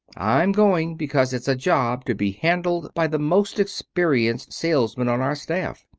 i'm going because it's a job to be handled by the most experienced salesman on our staff.